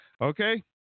okay